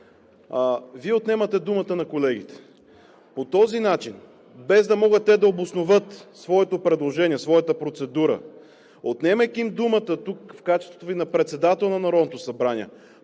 …Вие отнемате думата на колегите. По този начин, без те да могат да обосноват своето предложение, своята процедура, отнемайки им думата в качеството Ви на председател на Народното събрание,